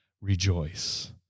rejoice